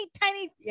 tiny